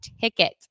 ticket